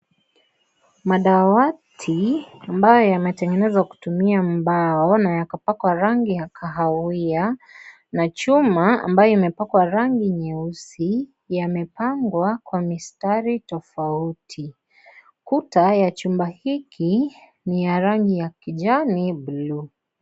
Madawati ambayo yametengenezwa kutumia mbao na yakapakwa rangi ya kahawia na chuma ambayo imepakwa rangi nyeusi, yamepangwa kwa mistari tofauti. Kuta ya chumba hiki, ni ya rangi ya kijani, buluu.